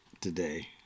today